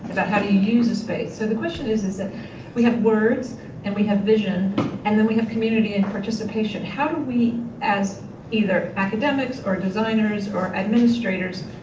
how do you use a space. so the question is, is that we have words and we have vision and then we have community and participation. how do we, as either academics or designers or administrators,